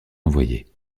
envoyées